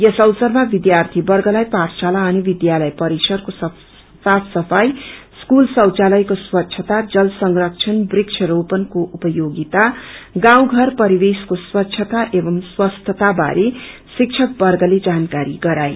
यस अवसरमा विष्यार्थीवर्गलाई पाठशाला अनि वष्यिालय परिसरको साफ सफाई स्कूल शौचालयको स्वच्छता जल संरक्षण वृक्षा रोपलको उपयोगिता गाउँ घर परिवेशको स्वच्दता एंव स्वास्थता बारे शिक्षकर्वगले जानकारी गराए